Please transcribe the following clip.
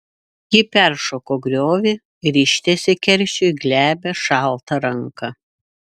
ji peršoko griovį ir ištiesė keršiui glebią šaltą ranką